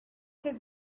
his